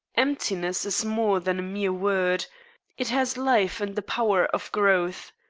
emptiness is more than a mere word it has life and the power of growth.